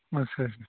ਅੱਛਾ ਅੱਛਾ